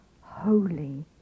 holy